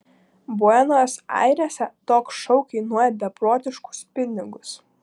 buenos airėse toks šou kainuoja beprotiškus pinigus